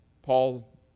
Paul